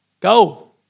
Go